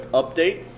update